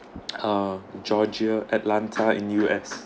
uh georgia atlanta in U_S